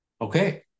okay